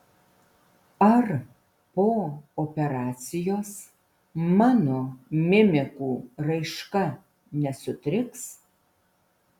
ar po operacijos mano mimikų raiška nesutriks